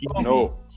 no